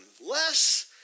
less